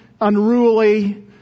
unruly